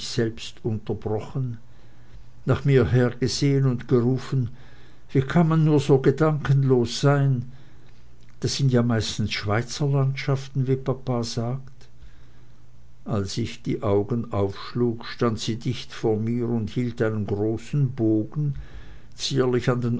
selbst unterbrochen nach mir hergesehen und gerufen wie kann man so gedankenlos sein das sind ja meistens schweizerlandschaften wie papa sagt als ich jetzt die augen aufschlug stand sie dicht vor mir und hielt einen großen bogen zierlich an den